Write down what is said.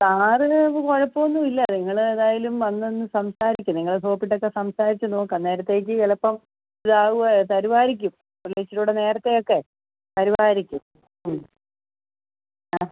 sir വലിയ കുഴപ്പം ഒന്നുമില്ല നിങ്ങൾ ഏതായാലും വന്നൊന്ന് സംസാരിക്ക് നിങ്ങൾ സോപ്പിട്ട് ഒക്കെ സംസാരിച്ച് നോക്ക് അന്നേരത്തേക്ക് ചിലപ്പം ഇതാകുമായി തരുമായിരിക്കും ഇത്തിരികൂടെ നേരത്തെ ഒക്കെ തരുമായിരിക്കും ഉം ആ